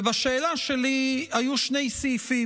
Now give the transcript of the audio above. ובשאלות שלי היו שני סעיפים,